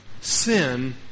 sin